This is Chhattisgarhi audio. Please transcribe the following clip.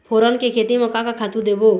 फोरन के खेती म का का खातू देबो?